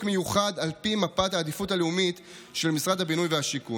מיוחד על פי מפת העדיפות הלאומית של משרד הבינוי והשיכון.